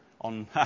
on